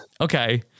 Okay